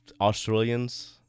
Australians